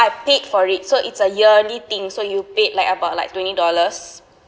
I paid for it so it's a yearly thing so you paid like about like twenty dollars